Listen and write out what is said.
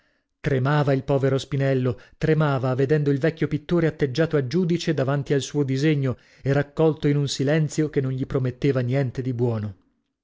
tremava il povero spinello tremava vedendo il vecchio pittore atteggiato a giudice davanti al suo disegno e raccolto in un silenzio che non gli prometteva niente di buono